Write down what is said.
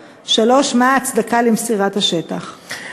3. מה היא ההצדקה למסירת השטח?